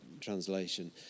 Translation